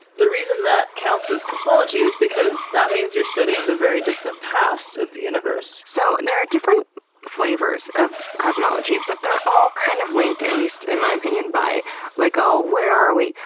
the reason that counts as cosmology is because that means you're studying the very distant past of the universe. so there are different flavours of cosmology, but they're all kind of linked at least in my opinion by like where are we?